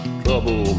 trouble